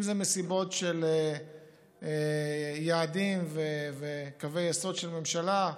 אם זה מסיבות של יעדים וקווי יסוד של ממשלה,